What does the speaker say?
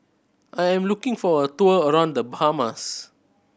I am looking for a tour around The Bahamas